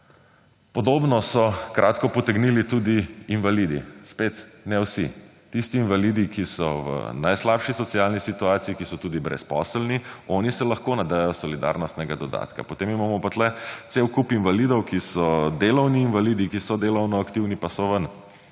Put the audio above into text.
Podobno so kratko potegnili tudi invalidi. Spet, ne vsi. Tisti invalidi, ki so v najslabši socialni situaciji, ki so tudi brezposelni, oni se lahko nadejajo solidarnostnega dodatka. Potem imamo pa tu cel kup invalidov, ki so delavni invalidi, ki so delovno aktivni, pa so ven